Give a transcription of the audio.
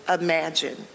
imagine